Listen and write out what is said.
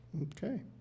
Okay